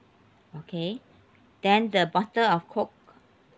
okay then the bottle of coke